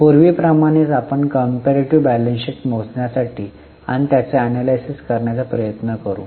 पूर्वी प्रमाणेच आपण कंपेरीटीव्ह बॅलन्स शीट मोजण्यासाठी आणि त्याचे एनलायसिस करण्याचा प्रयत्न करू